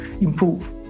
improve